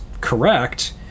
correct